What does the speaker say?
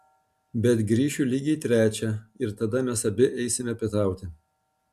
bet grįšiu lygiai trečią ir tada mes abi eisime pietauti